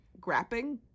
grapping